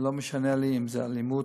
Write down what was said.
ולא משנה לי אם זו אלימות